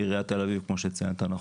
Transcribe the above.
כמו שציינת.